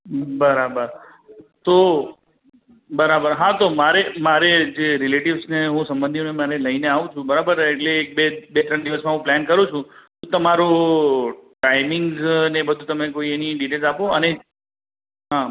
બરાબર તો બરાબર હા તો મારે જે રિલેટિવ્સને હું સંબંધીઓને મને લઈને આવું છું બરાબર એટલે એક બે બે ત્રણ દિવસમાં હું પ્લાન કરું છું તમારો ટાઇમિંગ્સ અને એ બધું તમે કોઇ એની ડિટેલ્સ આપો અને હં